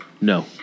No